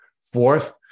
Fourth